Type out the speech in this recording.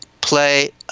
play